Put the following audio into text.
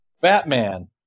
Batman